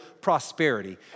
prosperity